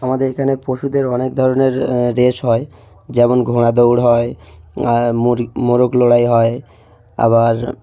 আমাদের এখানে পশুদের অনেক ধরনের রেস হয় যেমন ঘোড়া দৌড় হয় মুর মোরগ লড়াই হয় আবার